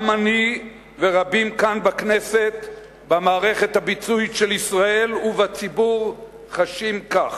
גם אני ורבים כאן בכנסת במערכת הביצועית של ישראל ובציבור חשים כך.